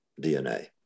DNA